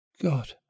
God